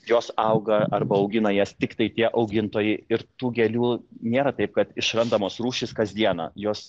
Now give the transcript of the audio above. jos auga arba augina jas tiktai tie augintojai ir tų gėlių nėra taip kad išrandamos rūšys kasdieną jos